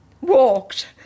Walked